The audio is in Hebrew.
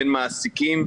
בין מעסיקים,